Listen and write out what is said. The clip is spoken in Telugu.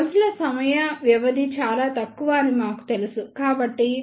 ఈ పల్స్ ల సమయ వ్యవధి చాలా తక్కువ అని మాకు తెలుసు కాబట్టి